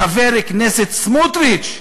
חבר הכנסת סמוטריץ,